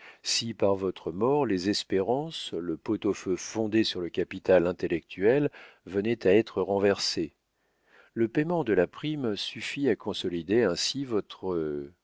si par votre mort les espérances le pot au feu fondé sur le capital intellectuel venait à être renversé le payement de la prime suffit à consolider ainsi votre